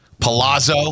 Palazzo